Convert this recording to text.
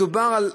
מדובר על,